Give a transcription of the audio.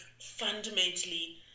fundamentally